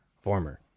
Former